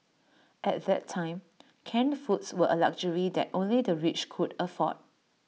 at that time canned foods were A luxury that only the rich could afford